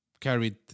carried